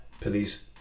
police